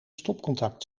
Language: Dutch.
stopcontact